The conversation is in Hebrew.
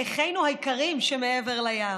לאחינו היקרים שמעבר לים.